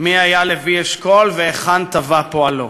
מי היה לוי אשכול והיכן טבע פועלו.